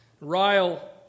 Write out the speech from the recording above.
Ryle